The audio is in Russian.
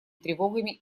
тревогами